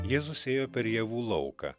jėzus ėjo per javų lauką